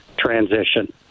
transition